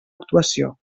actuació